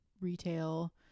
retail